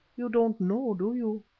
you don't know, do you?